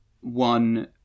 One